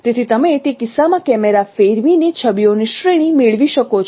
તેથી તમે તે કિસ્સામાં કેમેરા ફેરવીને છબીઓની શ્રેણી મેળવી શકો છો